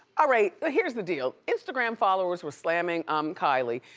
ah right, ah here's the deal. instagram followers were slamming um kylie,